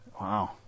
Wow